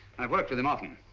i've worked with him often.